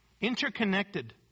interconnected